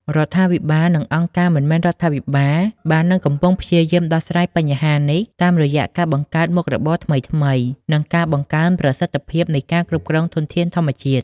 រដ្ឋាភិបាលនិងអង្គការមិនមែនរដ្ឋាភិបាលបាននិងកំពុងព្យាយាមដោះស្រាយបញ្ហានេះតាមរយៈការបង្កើតមុខរបរថ្មីៗ និងការបង្កើនប្រសិទ្ធភាពនៃការគ្រប់គ្រងធនធានធម្មជាតិ។